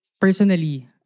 personally